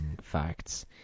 facts